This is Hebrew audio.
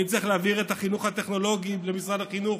אם צריך להעביר את החינוך הטכנולוגי למשרד החינוך,